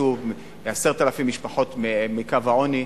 שיצאו 10,000 משפחות מקו העוני.